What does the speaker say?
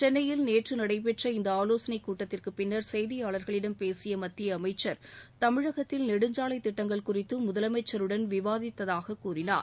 சென்னையில் நேற்று நடைபெற்ற இந்த ஆலோசனை கூட்டத்திற்குப் பின்னர் செய்தியாளர்களிடம் பேசிய மத்திய அமைச்சர் தமிழகத்தில் நெடுஞ்சாலைத் திட்டங்கள் குறித்து முதலமைச்சருடன் விவாதித்ததாக கூறினார்